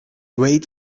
weight